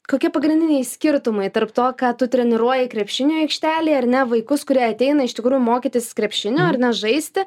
kokie pagrindiniai skirtumai tarp to ką tu treniruoji krepšinio aikštelėj ar ne vaikus kurie ateina iš tikrųjų mokytis krepšinio ar ne žaisti